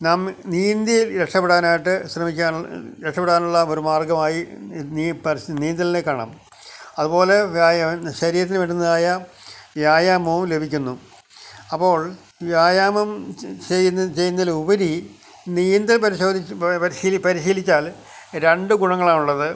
നാം നീന്തി രക്ഷപ്പെടാനായിട്ട് ശ്രമിക്കാന് രക്ഷപ്പെടാനുള്ള ഒരു മാര്ഗമായി നീന്തലിനെ കാണാം അതുപോലെ ശരീരത്തിന് വേണ്ടുന്നതായ വ്യായാമവും ലഭിക്കുന്നു അപ്പോള് വ്യായാമം ചെയ്യ്ന്നതിലുപരി നീന്തല് പരിശോധിച്ച് പരിശീലിച്ചാല് രണ്ട് ഗുണങ്ങളാണുള്ളത്